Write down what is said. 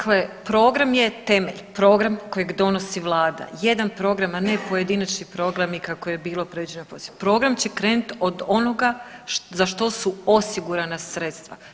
Dakle program je temelj, program kojeg donosi vlada, jedan program, a ne pojedinačni programi kako je bilo predviđeno … [[Govornik se ne razumije]] Program će krenut od onoga za što su osigurana sredstva.